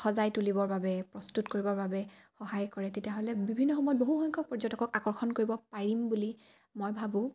সজাই তুলিবৰ বাবে প্ৰস্তুত কৰিবৰ বাবে সহায় কৰে তেতিয়াহ'লে বিভিন্ন সময়ত বহু সংখ্যক পৰ্যটকক আকৰ্ষণ কৰিব পাৰিম বুলি মই ভাবোঁ